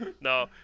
No